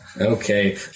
Okay